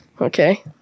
Okay